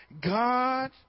God